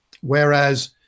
whereas